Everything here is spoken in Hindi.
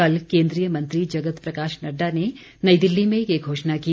कल केंद्रीय मंत्री जगत प्रकाश नड़डा ने नई दिल्ली में ये घोषणा की